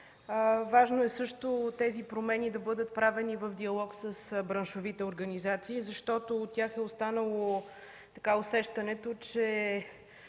Важно е също тези промени да бъдат правени в диалог с браншовите организации, защото у тях е останало усещането, че